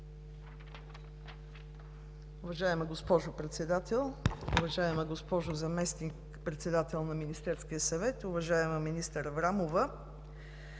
Уважаема госпожо Председател, уважаема госпожо Заместник-председател на Министерския съвет! Уважаема министър Аврамова,